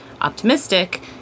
optimistic